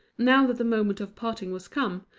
now that the moment of parting was come,